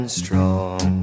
strong